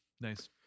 Nice